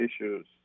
issues